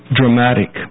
dramatic